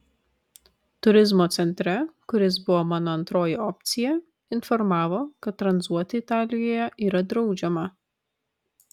turizmo centre kuris buvo mano antroji opcija informavo kad tranzuoti italijoje yra draudžiama